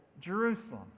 Jerusalem